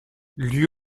lui